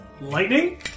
lightning